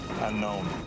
unknown